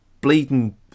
bleeding